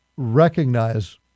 Recognize